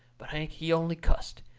but hank, he only cussed.